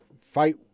fight